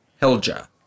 Helja